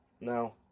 No